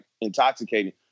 intoxicating